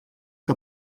que